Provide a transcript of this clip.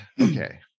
okay